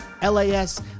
LAS